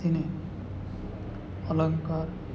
તેને અલંકાર